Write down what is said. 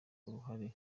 uruhare